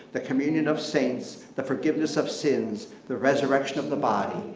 the communion of saints, the forgiveness of sins, the resurrection of the body,